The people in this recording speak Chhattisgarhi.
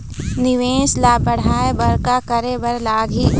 निवेश ला बढ़ाय बर का करे बर लगही?